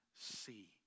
see